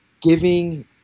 giving